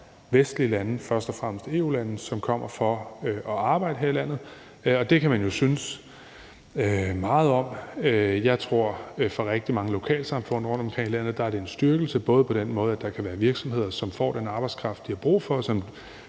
vestlige lande, først og fremmest EU-lande, som kommer for at arbejde her i landet. Det kan man jo synes meget om. Jeg tror, at for rigtig mange lokalsamfund rundtomkring i landet er det en styrkelse, både på den måde, at der kan være virksomheder, som får den arbejdskraft, de har brug for,